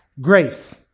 grace